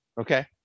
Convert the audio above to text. Okay